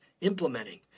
implementing